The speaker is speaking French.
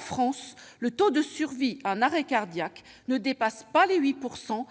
France le taux de survie à un arrêt cardiaque ne dépasse pas les 8 %,